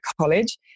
college